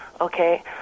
okay